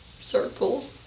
circle